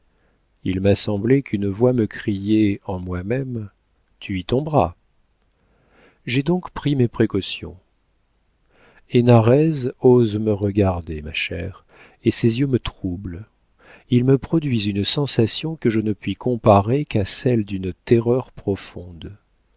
il m'a semblé qu'une voix me criait en moi-même tu y tomberas j'ai donc pris mes précautions hénarez ose me regarder ma chère et ses yeux me troublent ils me produisent une sensation que je ne puis comparer qu'à celle d'une terreur profonde